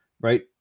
right